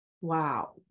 Wow